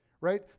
Right